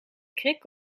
krik